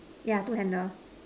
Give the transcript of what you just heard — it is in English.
yeah two handles